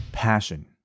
passion